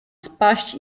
spaść